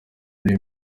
muri